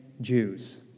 Jews